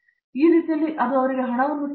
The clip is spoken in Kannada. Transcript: ನಿರ್ಮಲ ಆ ರೀತಿಯಲ್ಲಿ ಅದು ಅವರಿಗೆ ಹಣವನ್ನು ತರುತ್ತದೆ